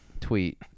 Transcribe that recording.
tweet